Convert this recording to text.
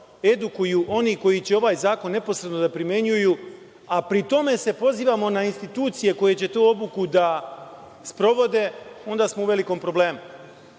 edukuju oni koji će ovaj zakon neposredno da primenjuju, a pri tome se pozivamo na institucije koje će tu obuku da sprovede, onda smo u velikom problemu. Postavlja